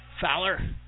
Fowler